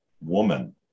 woman